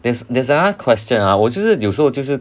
there's there's another question ah 我就是有时候我就是